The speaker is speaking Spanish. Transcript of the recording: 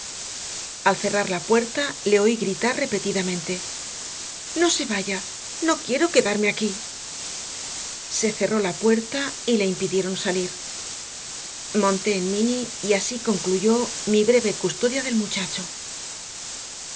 al cerrar la puerta le oí gritar repetidamente no se vaya no quiero quedarme aquí se cerró la puerta y le impidieron salir monté en m inny y así concluyó mi breve custodia del muchacho